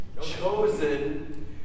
chosen